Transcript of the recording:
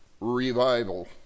revival